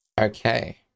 Okay